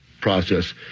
process